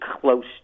close